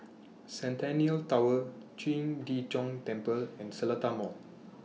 Centennial Tower Qing De Gong Temple and The Seletar Mall